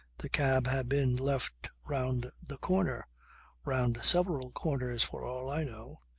the cab had been left round the corner round several corners for all i know.